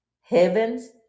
heaven's